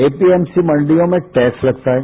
APMC मंडियों में tax लगता है